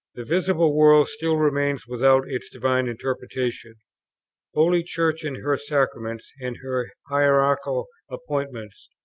the visible world still remains without its divine interpretation holy church in her sacraments and her hierarchical appointments,